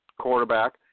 quarterback